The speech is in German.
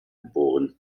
geboren